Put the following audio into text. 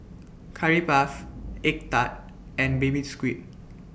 Curry Puff Egg Tart and Baby Squid